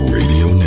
Radio